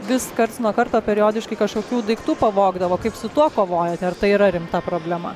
vis karts nuo karto periodiškai kažkokių daiktų pavogdavo kaip su tuo kovojate ar tai yra rimta problema